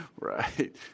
right